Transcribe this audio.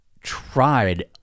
tried